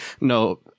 No